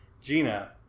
Gina